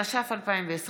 התש"ף 2020,